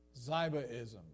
Zybaism